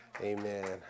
Amen